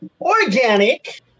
organic